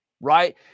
right